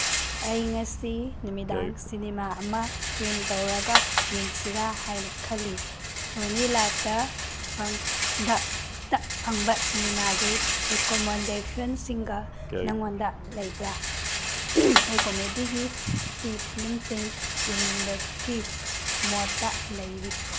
ꯑꯩ ꯉꯁꯤ ꯅꯨꯃꯤꯗꯥꯡ ꯁꯤꯅꯤꯃꯥ ꯑꯃ ꯏꯁꯇ꯭ꯔꯤꯝ ꯇꯧꯔꯒ ꯌꯦꯡꯁꯤꯔꯥ ꯍꯥꯏꯅ ꯈꯜꯂꯤ ꯁꯣꯅꯤ ꯂꯥꯏꯞꯇ ꯐꯪꯕ ꯁꯤꯅꯤꯃꯥꯒꯤ ꯔꯤꯀꯣꯃꯣꯟꯗꯦꯁꯟꯁꯤꯡꯒ ꯅꯪꯉꯣꯟꯗ ꯂꯩꯕ꯭ꯔꯥ ꯑꯩ ꯀꯣꯃꯦꯗꯤꯒꯤ ꯀꯤ ꯐꯤꯂꯝꯁꯤꯡ ꯌꯦꯡꯅꯤꯡꯕꯒꯤ ꯃꯣꯠꯇ ꯂꯩꯔꯤ